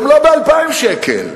גם לא ב-2,000 שקל.